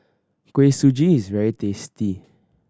Kuih Suji is very tasty